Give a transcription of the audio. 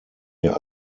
wir